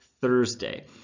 Thursday